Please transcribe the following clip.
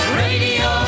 radio